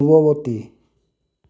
পূৰ্বৱৰ্তী